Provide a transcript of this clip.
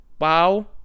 Wow